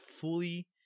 fully